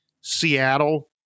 Seattle